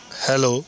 hello